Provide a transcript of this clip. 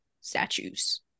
statues